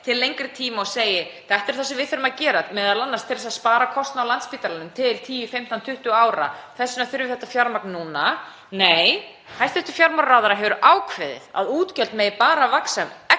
til lengri tíma og segi: Þetta er það sem við þurfum að gera, m.a. til að spara kostnað á Landspítalanum til 10, 15, 20 ára. Þess vegna þurfum við þetta fjármagn núna. Nei, hæstv. fjármálaráðherra hefur ákveðið að útgjöld megi bara vaxa